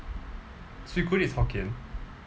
swee koon is hokkien